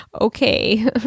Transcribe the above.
Okay